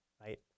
right